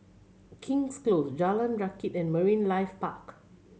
King's Close Jalan Rakit and Marine Life Park